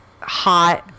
hot